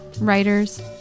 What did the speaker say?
writers